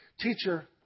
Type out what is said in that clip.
teacher